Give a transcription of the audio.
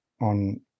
on